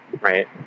right